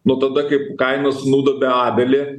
nuo tada kaip kainas nudobė abelį